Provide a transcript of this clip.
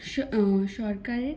সরকারের